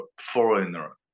foreigner